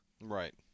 Right